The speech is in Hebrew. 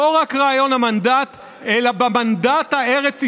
לא רק עצם רעיון המנדט אלא במנדט הארץ ישראלי,